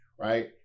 Right